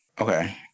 Okay